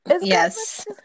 yes